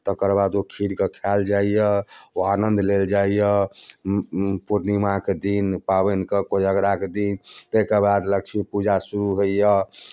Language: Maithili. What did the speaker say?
तकर बाद ओ खीरके खाएल जाइया ओ आनन्द लेल जाइया पूर्णिमाके दिन पाबनिके कोजगराके दिन ताहि के बाद लक्ष्मीपूजा शुरू होइया